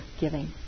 giving